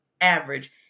average